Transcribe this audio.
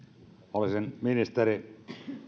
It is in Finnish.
olisin ministeri